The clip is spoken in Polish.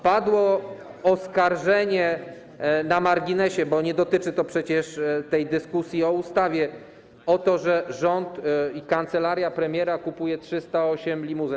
Padło oskarżenie - na marginesie, bo nie dotyczy to przecież tej dyskusji o ustawie - o to, że rząd i kancelaria premiera kupują 308 limuzyn.